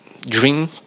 dream